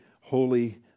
holy